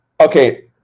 Okay